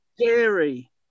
scary